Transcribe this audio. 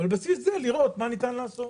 ועל בסיסו לראות מה ניתן לעשות.